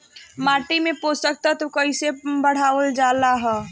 माटी में पोषक तत्व कईसे बढ़ावल जाला ह?